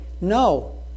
no